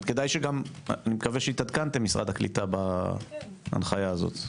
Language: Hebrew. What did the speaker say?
אני מקווה שהתעדכנתם, משרד הקליטה, בהנחיה הזו.